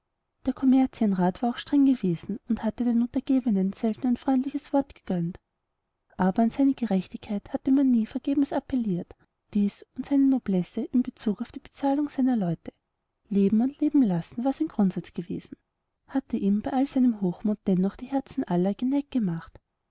der kommerzienrat war auch streng gewesen und hatte den untergebenen selten ein freundliches wort gegönnt aber an seine gerechtigkeit hatte man nie vergebens appelliert dies und seine noblesse in bezug auf die bezahlung seiner leute leben und leben lassen war sein grundsatz gewesen hatte ihm bei all seinem hochmut dennoch die herzen aller geneigt gemacht